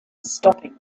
stopping